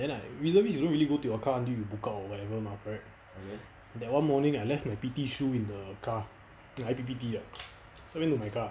then I reservist you don't really go to your car until you book out or whatever mah correct that one morning I left my P_T shoes in the car the I_P_P_T ah so I went to my car